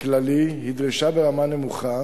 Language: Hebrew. כללי היא דרישה ברמה נמוכה